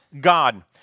God